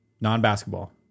Non-basketball